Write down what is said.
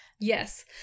yes